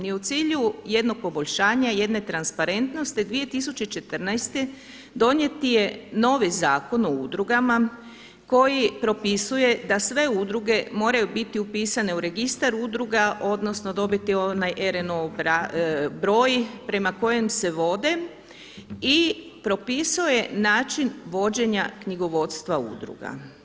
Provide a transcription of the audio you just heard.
I u cilju jednog poboljšanja, jedne transparentnosti 2014. donijet je novi Zakon o udrugama koji propisuje da sve udruge moraju biti upisane u registar udruga odnosno dobiti onaj RNO broj prema kojem se vode i propisao je način vođenja knjigovodstva udruga.